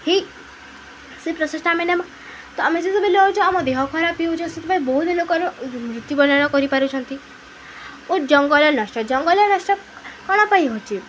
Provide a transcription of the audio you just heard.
ହେ ସେ ପ୍ରଶ୍ୱାସଟା ଆମେ ନ ତ ଆମେ ଯେତବେଳେ ନଉଚୁ ଆମ ଦେହ ଖରାପ ହେଇଯାଉଛି ସେଥିପାଇଁ ବହୁତ ହି ଲୋକର ମୃତ୍ୟୁବରଣ କରିପାରୁଛନ୍ତି ଓ ଜଙ୍ଗଲ ନଷ୍ଟ ଜଙ୍ଗଲ ନଷ୍ଟ କଣ ପାଇଁ ହଉଛି